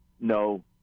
no